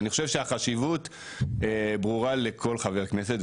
אני חושב שהחשיבות ברורה לכל חבר כנסת,